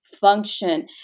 function